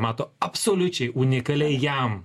mato absoliučiai unikaliai jam